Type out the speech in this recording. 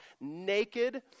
naked